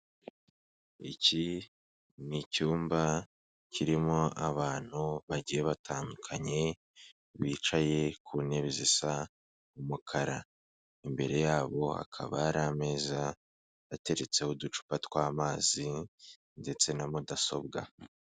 Iki ni icyumba kirimo abantu bagiye batandukanye, bicaye ku ntebe zisa n'umukara. Imbere yabo hakaba hari ameza ateretseho uducupa tw'amazi ndetse na mudasobwa.